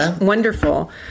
wonderful